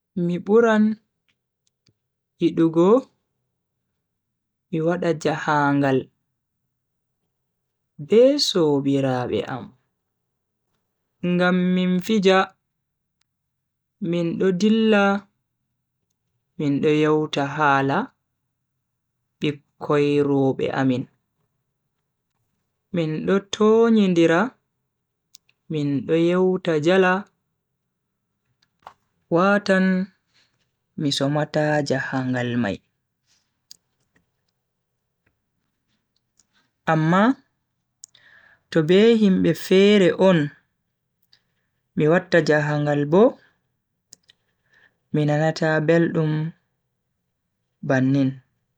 Mi buran yidugo mi wada jahangal be sobiraabe am ngam min fija. min do dilla min do yewta hala bikkoi robe amin min do tonyindira mindo yewta jala watan mi somata jahangal mai. amma to be himbe fere on mi watta jahangal bo mi nanata beldum bannin.